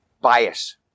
bias